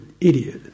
idiot